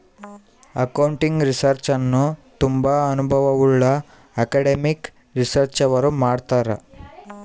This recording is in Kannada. ಅಕೌಂಟಿಂಗ್ ರಿಸರ್ಚ್ ಅನ್ನು ತುಂಬಾ ಅನುಭವವುಳ್ಳ ಅಕಾಡೆಮಿಕ್ ರಿಸರ್ಚ್ನವರು ಮಾಡ್ತರ್